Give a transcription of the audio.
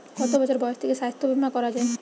কত বছর বয়স থেকে স্বাস্থ্যবীমা করা য়ায়?